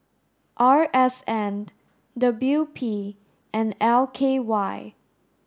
R S N W P and L K Y